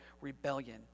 rebellion